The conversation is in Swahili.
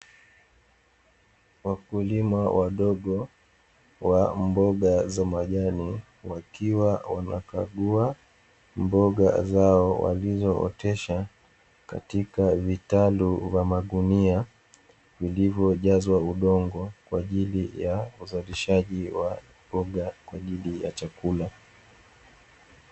Wakulima wadogo wa mboga za majani wakiwa wanakagua mboga zao walizootesha katika vitalu vya magunia vilivyojazwa udongo, kwa ajili ya uzalishaji wa mboga kwa ajili ya chakula.